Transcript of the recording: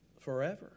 forever